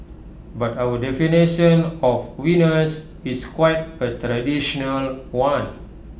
but our definition of winners is quite A traditional one